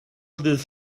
ddydd